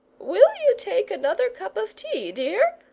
will you take another cup of tea, dear?